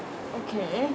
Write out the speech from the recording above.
okay